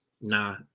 Nah